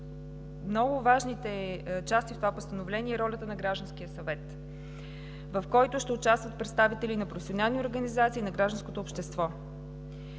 много важните части в това постановление е ролята на Гражданския съвет, в който ще участват представители на професионални организации и на гражданското общество.